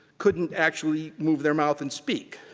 couldn't actually move their mouth and speak.